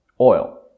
oil